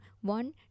one